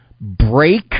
break